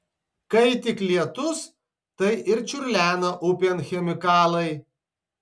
kai tik lietus tai ir čiurlena upėn chemikalai